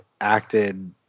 acted